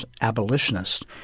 abolitionist